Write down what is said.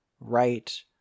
right